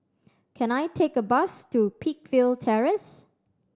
can I take a bus to Peakville Terrace